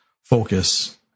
focus